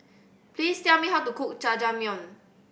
please tell me how to cook Jajangmyeon